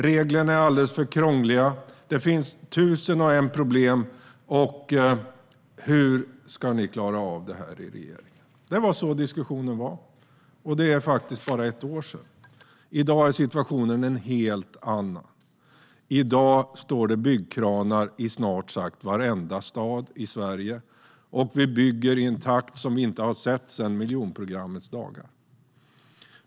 Reglerna är alldeles för krångliga. Det finns tusen och ett problem. Hur ska ni klara av detta i regeringen? Det var så diskussionen var, och det är bara ett år sedan. I dag är situationen en helt annan. I dag står det byggkranar i snart sagt varenda stad i Sverige. Vi bygger i en takt som vi inte har sett sedan miljonprogrammets dagar.